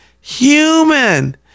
human